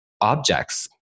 objects